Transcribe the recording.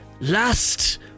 last